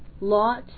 lot